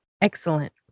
Excellent